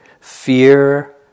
fear